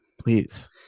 please